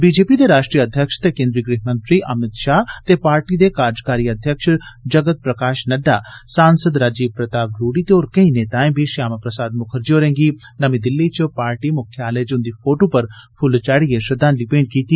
BJP दे राष्ट्रीय अध्यक्ष ते केंदी गृहमंत्री अमित शाह ते पार्टी दे कार्जकारी अध्यक्ष जगत प्रकाश नड्डा सांसद राजीव प्रताप रूड़ी ते होर केंई नेताएं बी श्यामा प्रसाद मुखर्जी होरें गी नमीं दिल्ली च पार्टी मुख्यालय च उन्दी फोटू पर फुल्ल चाढ़िएं श्रद्धांजलि भेंट कीती